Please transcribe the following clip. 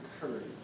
courage